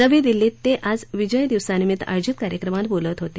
नवी दिल्लीत ते आज विजय दिवसानिमित्त आयोजित कार्यक्रमात बोलत होते